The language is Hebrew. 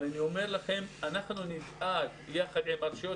אני אומר לכם שאנחנו נדאג יחד עם הרשויות